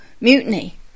mutiny